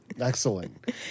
Excellent